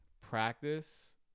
practice